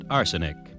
arsenic